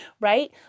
right